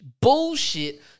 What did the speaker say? bullshit